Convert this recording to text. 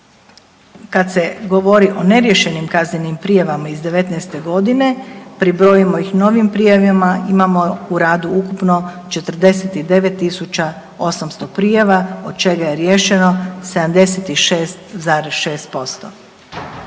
kad se govori o neriješenim kaznenim prijavama iz '19. godine pribrojimo ih novim prijavama, imamo u radu ukupno 49.800 prijava od čega je riješeno 76,6%.